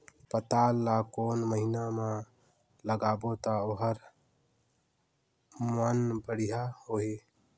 पातल ला कोन महीना मा लगाबो ता ओहार मान बेडिया होही?